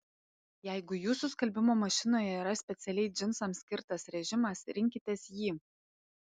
jeigu jūsų skalbimo mašinoje yra specialiai džinsams skirtas režimas rinkitės jį